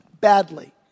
badly